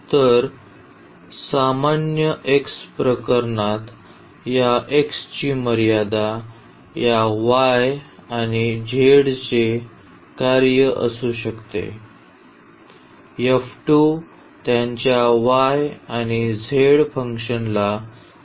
तर सामान्य x प्रकरणात या x ची मर्यादा या y आणि z चे कार्य असू शकते f 2 त्यांच्या y आणि z फंक्शनला आहे